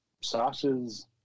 Sasha's